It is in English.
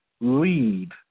lead